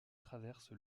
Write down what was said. traverse